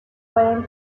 pueden